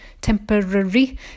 temporary